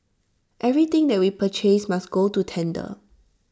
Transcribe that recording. everything that we purchase must go to tender